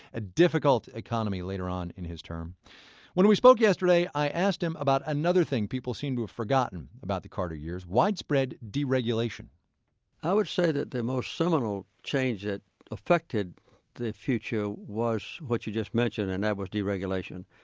a difficult economy later on in his term when we spoke yesterday, i asked him about another thing people seem to have forgotten about the carter years widespread deregulation i would say that the most seminal change that affected the future was what you just mentioned, and that was deregulation.